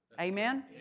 Amen